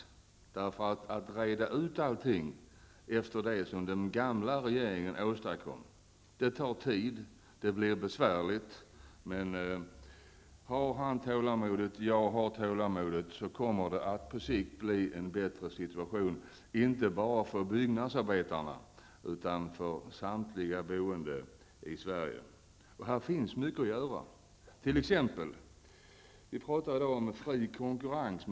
Att reda ut allt som den gamla regeringen åstadkom -- det tar tid och det blir besvärligt. Men har han tålamodet -- jag har tålamodet -- så kommer det att på sikt bli en bättre situation, inte bara för byggnadsarbetarna utan för samtliga boende i Här finns mycket att göra. Vi talar t.ex. i dag om fri konkurrens.